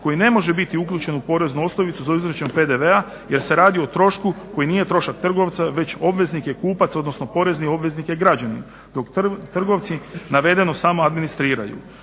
koji ne može biti uključen u poreznu osnovicu za izračun PDV-a jer se radi o trošku koji nije trošak trgovca već obveznik je kupac, odnosno porezni obveznik je građanin dok trgovci navedeno samo administriraju.